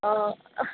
অঁ